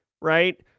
right